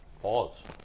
Pause